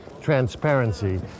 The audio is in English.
transparency